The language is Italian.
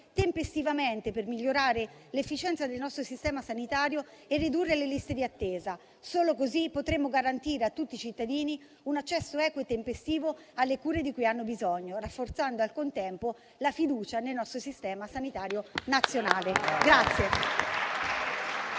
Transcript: tempestivamente per migliorare l'efficienza del nostro sistema sanitario e ridurre le liste di attesa. Solo così potremo garantire a tutti i cittadini un accesso equo e tempestivo alle cure di cui hanno bisogno, rafforzando al contempo la fiducia nel nostro Sistema sanitario nazionale.